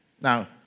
Now